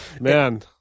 man